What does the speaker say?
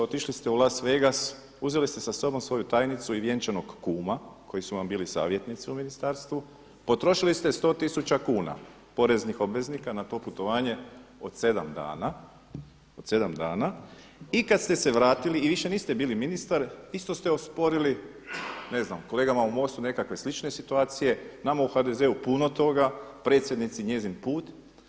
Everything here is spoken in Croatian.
Otišli ste u Las Vegas, uzeli ste sa sobom svoju tajnicu i vjenčanog kuma koji su vam bili savjetnici u ministarstvu, potrošili ste 100 tisuća kuna poreznih obveznika na to putovanje od 7 dana i kad ste se vratili i više niste bili ministar isto ste osporili ne znam kolegama u Mostu nekakve slične situacije, nama u HDZ-u puno toga, predsjednici njezin put.